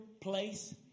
place